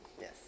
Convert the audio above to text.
Yes